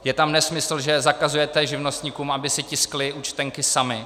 Je tam nesmysl, že zakazujete živnostníkům, aby si tiskli účtenky sami.